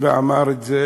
והוא אמר את זה